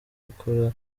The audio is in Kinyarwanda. gukora